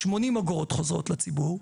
80 אגורות חוזרות לציבור,